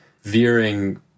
veering